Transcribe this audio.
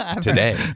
today